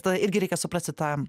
tada irgi reikia suprasti tą